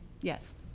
Yes